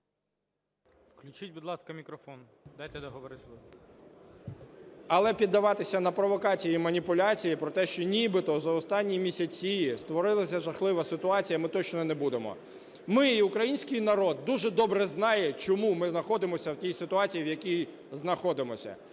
Включіть, будь ласка, мікрофон, дайте договорити. 10:54:39 ГОНЧАРУК О.В. Але піддаватися на провокації і маніпуляції про те, що нібито за останні місяці створилася жахлива ситуація, ми точно не будемо. Ми і український народ дуже добре знає, чому ми знаходимося в тій ситуації, в якій знаходимося,